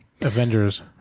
Avengers